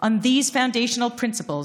שהוגלו ופוזרו ברחבי התפוצות.